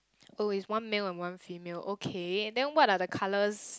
oh it's one male and one female okay then what are the colours